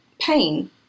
pain